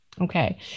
Okay